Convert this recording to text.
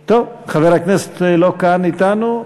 טוב, חבר הכנסת לא כאן אתנו.